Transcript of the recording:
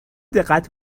دقت